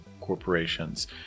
corporations